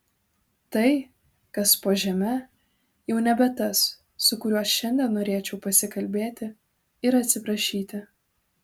tai kas po žeme jau nebe tas su kuriuo šiandien norėčiau pasikalbėti ir atsiprašyti